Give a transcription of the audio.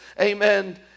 amen